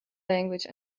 language